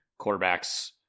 quarterbacks